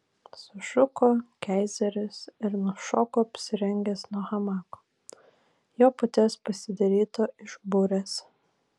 sušuko keizeris ir nušoko apsirengęs nuo hamako jo paties pasidaryto iš burės